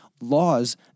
laws